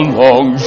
long